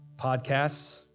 podcasts